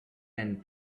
and